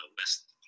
West